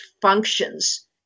functions